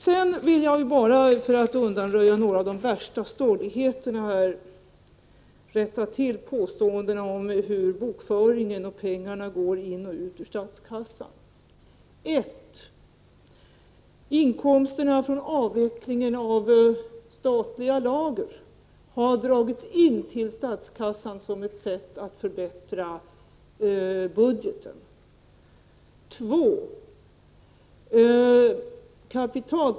Jag vill bara, för att undanröja några av de värsta stolligheterna, rätta till påståendena om hur bokföringen sköts och pengarna går in och ut ur statskassan: 1. Inkomsterna från avvecklingen av statliga lager har dragits in till statskassan som ett sätt att förbättra budgeten.